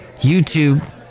YouTube